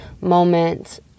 moment